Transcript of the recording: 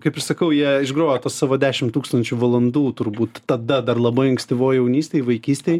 kaip ir sakau jie išgrojo tuos savo dešim tūkstančių valandų turbūt tada dar labai anstyvoj jaunystėj vaikystėj